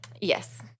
Yes